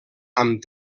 amb